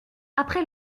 après